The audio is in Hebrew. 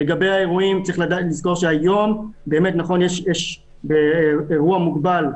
לגבי האירועים צריך לזכור שהיום יש באירוע מוגבל,